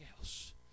else